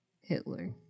hitler